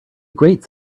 great